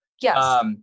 Yes